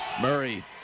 Murray